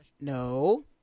No